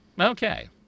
Okay